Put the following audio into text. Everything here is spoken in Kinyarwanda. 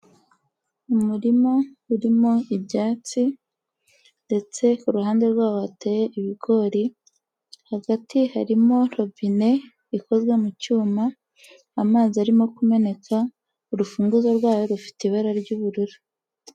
Umurima urimo ibyatsi ndetse ku ruhande rwaho hateye ibigori, hagati harimo robine ikozwe mu cyuma, amazi arimo kumeneka, urufunguzo rwayo rufite ibara ry'ubururu.